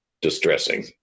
distressing